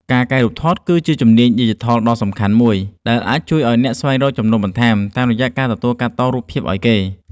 ការកែរូបថតគឺជាជំនាញឌីជីថលដ៏សំខាន់មួយដែលអាចជួយឱ្យអ្នកស្វែងរកចំណូលបន្ថែមតាមរយៈការទទួលកាត់តរូបភាពឱ្យគេ។